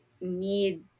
need